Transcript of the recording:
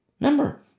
Remember